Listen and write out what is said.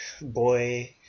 boy